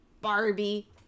barbie